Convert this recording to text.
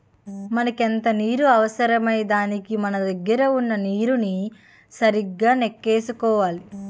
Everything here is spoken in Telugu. మనకెంత నీరు అవసరమో దానికి మన దగ్గర వున్న నీరుని సరిగా నెక్కేసుకోవాలి